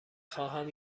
خواهم